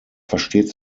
versteht